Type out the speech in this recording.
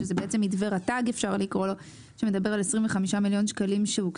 שזה בעצם מתווה רט"ג שמדבר על 25,000,000 ₪ שהוקצו